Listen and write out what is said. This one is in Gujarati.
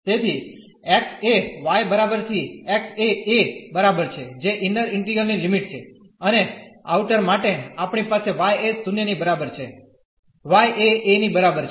તેથી x એ y બરાબર થી x એ a બરાબર છે જે ઇન્નર ઇન્ટીગ્રલ ની લિમિટ છે અને આઉટર માટે આપણી પાસે y એ 0 ની બરાબર છે ¿ y એ a ની બરાબર છે